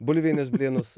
bulvinius blynus